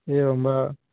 एवं वा